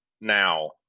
now